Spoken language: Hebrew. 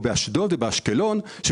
אשדוד ואשקלון,